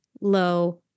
low